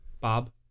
Bob